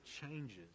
changes